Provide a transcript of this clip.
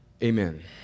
amen